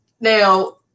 Now